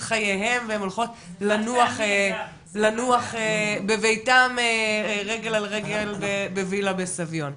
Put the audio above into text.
חייהן והן הולכות לנוח בביתם רגל על רגל בוילה בסביון,